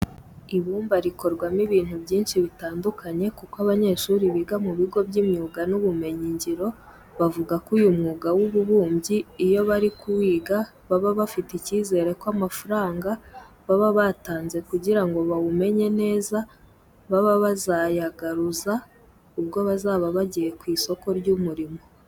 Ibumba rikorwamo ibintu byinshi bitandukanye kuko abanyeshuri biga mu bigo by'imyuga n'ubumenyingiro bavuga ko uyu mwuga w'ububumbyi iyo bari kuwiga baba bafite icyizere ko amafaranga baba batanze kugira ngo bawumenye neza, baba bazayagaruza ubwo bazaba bagiye ku isoko ry'umurimo.